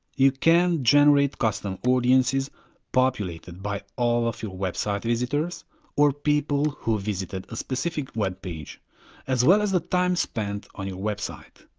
you can generate custom audiences populated by all of your website visitors or people who visited a specific web page as well as the time spent on your website.